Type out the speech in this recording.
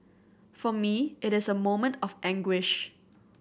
for me it is a moment of anguish